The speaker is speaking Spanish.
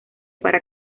para